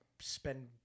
spend